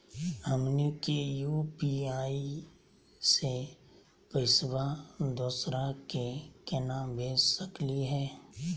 हमनी के यू.पी.आई स पैसवा दोसरा क केना भेज सकली हे?